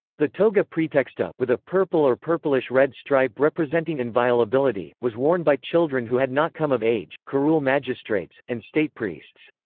the toga praetexta, with a purple or purplish-red stripe representing inviolability, was worn by children who had not come of age, curule magistrates, and state priests.